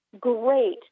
great